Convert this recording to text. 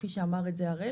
כפי שאמר הראל